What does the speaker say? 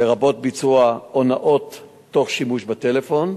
לרבות ביצוע הונאות תוך שימוש בטלפון,